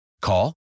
Call